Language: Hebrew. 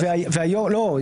לא.